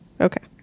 Okay